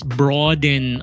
broaden